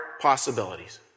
possibilities